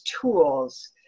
tools